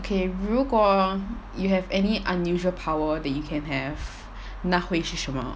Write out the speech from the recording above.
okay 如果 you have any unusual power that you can have 那会是什么